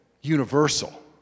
Universal